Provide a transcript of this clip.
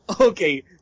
okay